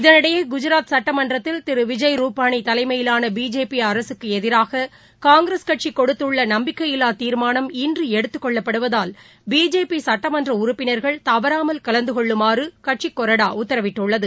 இதனிடையேகுஜராத் சட்டமன்றத்தில் திருவிஜய் ரூபானிதலைமையிலானபிஜேபிஅரசுக்குஎதிராககாங்கிரஸ் கட்சிகொடுத்துள்ளநம்பிக்கையில்லாதீர்மானம் இன்றுஎடுத்துக் கொள்ளப்படுவதால் பிஜேபிசட்டமன்றஉறுப்பினர்கள் தவறாமல் கலந்துகொள்ளுமாறுகட்சிக் கொறடாஉத்தரவிட்டுள்ளது